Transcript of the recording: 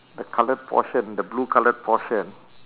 the coloured portion the blue coloured portion